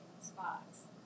spots